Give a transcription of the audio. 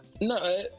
No